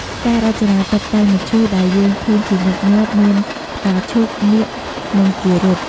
ការរចនាតុបតែងមឈូសដែលយើងឃើញជាញឹកញាប់ មាន ផ្កាឈូក នាគ និង គារុទ្ទ។